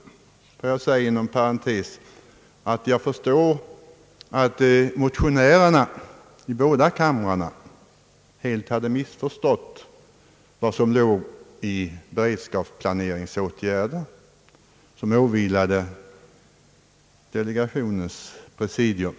Jag vill inom parentes säga att jag förstår att motionärerna i båda kamrarna hade missförstått vad som låg i de beredskapsplaneringsåtgärder som åvilade delegationens presidium.